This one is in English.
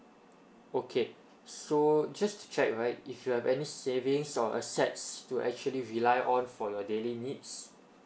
okay so just to check right if you have any savings or assets to actually rely on for your daily needs